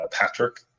Patrick